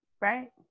Right